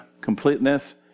completeness